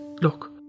look